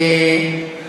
אין מדרכות,